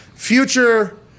Future